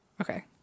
Okay